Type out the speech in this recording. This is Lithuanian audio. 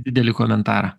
didelį komentarą